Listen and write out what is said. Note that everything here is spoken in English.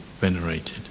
venerated